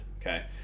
okay